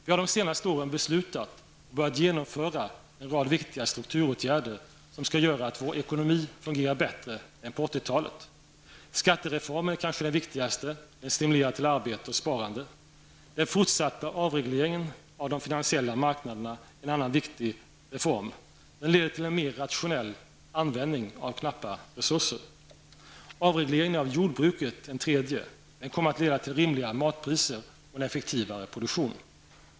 Vi har de senaste åren beslutat och börjat genomföra en rad viktiga strukturåtgärder som skall göra att vår ekonomi fungerar bättre än på 80 - Skattereformen är kanske den viktigaste; den stimulerar till arbete och sparande. -- Den fortsatta avregleringen av de finansiella marknaderna är en annan viktig reform. Den leder till en mer rationell användning av knappa resurser. -- Avregleringen av jordbruket är en tredje. Den kommer att leda till rimliga matpriser och en effektivare produktion.